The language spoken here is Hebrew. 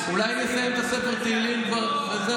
אולי כבר נסיים את ספר התהילים וזהו?